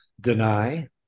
deny